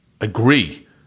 agree